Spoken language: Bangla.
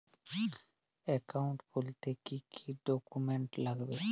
অ্যাকাউন্ট খুলতে কি কি ডকুমেন্ট লাগবে?